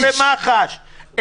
אדוני היושב-ראש, זה ילך למח"ש.